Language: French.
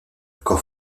corps